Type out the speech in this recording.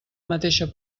mateixa